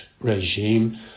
regime